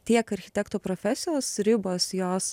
tiek architekto profesijos ribos jos